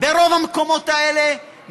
מרוב המקומות האלה,